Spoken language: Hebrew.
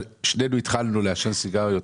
שנינו התחלנו לעשן סיגריות.